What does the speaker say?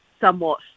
somewhat